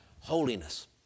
holiness